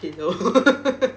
pillow